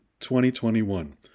2021